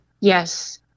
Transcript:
Yes